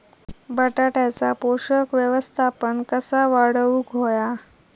बटाट्याचा पोषक व्यवस्थापन कसा वाढवुक होया?